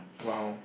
!wow!